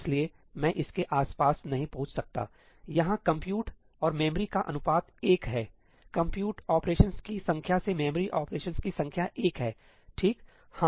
इसलिए मैं इसके आसपास नहीं पहुंच सकता यहां कंप्यूट और मेमोरी का अनुपात 1 है कंप्यूट ऑपरेशंसकी संख्या से मेमोरी ऑपरेशंस की संख्या एक है ठीक है